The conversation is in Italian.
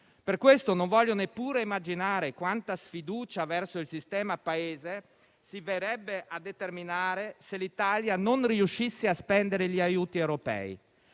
Per questo, non voglio neppure immaginare quanta sfiducia verso il sistema Paese si verrebbe a determinare se l'Italia non riuscisse a spendere gli aiuti europei.